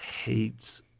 hates